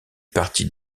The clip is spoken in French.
partie